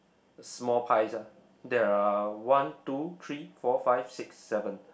small pies ah there are one two three four five six seven